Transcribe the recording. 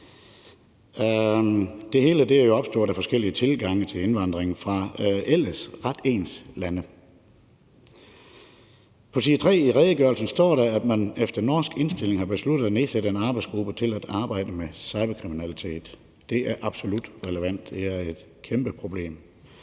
Det hele er jo opstået af forskellige tilgange til indvandring fra ellers ret ens lande. På side 3 i redegørelsen står der, at man efter norsk indstilling har besluttet at nedsætte en arbejdsgruppe til at arbejde med særlig kriminalitet. Det er absolut relevant; det er et kæmpeproblem.